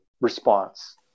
response